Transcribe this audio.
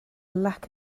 lack